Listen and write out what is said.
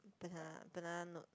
banana banana note